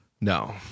No